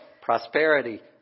prosperity